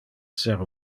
ser